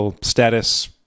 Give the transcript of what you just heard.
status